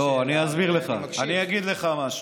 אני יודע,